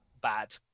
bad